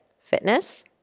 fitness